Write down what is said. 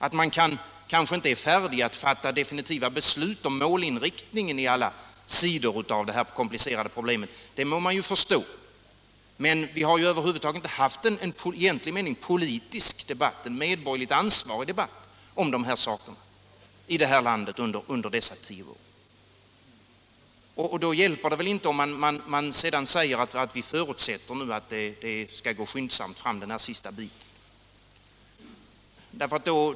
Att man kanske inte är färdig att fatta definitiva beslut om målinriktningen när det gäller alla sidor av det här komplicerade problemet må vi förstå. Men vi har ju över huvud taget inte haft en i egentlig mening politisk debatt, en medborgerligt ansvarig debatt, om dessa saker i det här landet under dessa tio år. Då hjälper det väl inte om man sedan säger att vi förutsätter att det skall gå skyndsamt med den här sista biten.